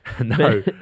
No